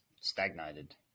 stagnated